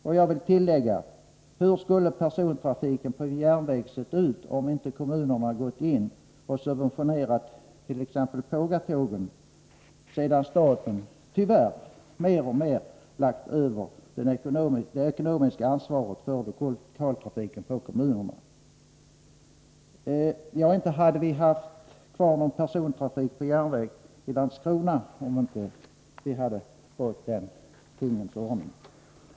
Och jag vill tillägga: Hur skulle persontrafiken på järnväg sett ut om inte kommunerna gått in och subventionerat t.ex. Pågatågen sedan staten tyvärr mer och mer lagt över det ekonomiska ansvaret för lokaltrafiken på kommunerna? Ja, inte hade vi haft kvar någon persontrafik på järnvägit.ex. Landskrona, om vi inte hade fått till stånd den tingens ordning.